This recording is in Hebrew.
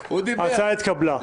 ההצעה התקבלה.